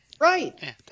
right